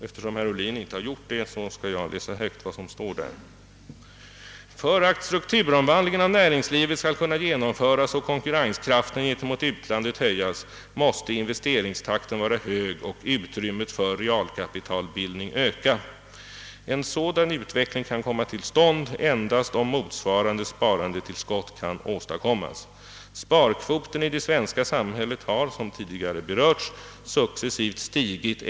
Eftersom herr Ohlin inte tycks ha gjort det, skall jag högt läsa vad som står där: »För att strukturomvandlingen av näringslivet skall kunna genomföras och konkurrenskraften gentemot utlandet höjas måste investeringstakten vara hög och utrymmet för realkapitalbildningen öka. En sådan utveckling kan komma till stånd endast om motsvarande sparandetillskott kan åstadkommas. Sparkvoten i det svenska samhället har som tidigare berörts successivt stigit.